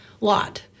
lot